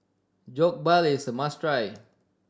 jokbal is a must try